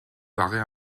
paraît